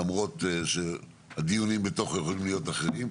למרות שהדיונים בתוכו יכולים להיות אחרים.